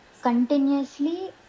continuously